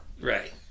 Right